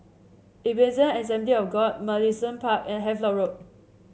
Ebenezer Assembly of God Mugliston Park and Havelock Road